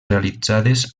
realitzades